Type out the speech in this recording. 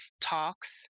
talks